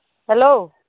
hello